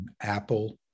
Apple